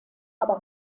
aber